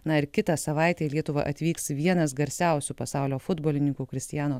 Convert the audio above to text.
na ir kitą savaitę į lietuvą atvyks vienas garsiausių pasaulio futbolininkų kristiano